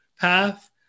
path